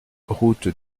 route